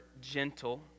gentle